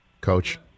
Coach